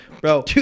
Bro